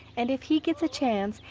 and if he gets a chance,